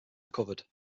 recovered